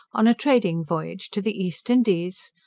on a trading voyage to the east indies.